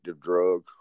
drug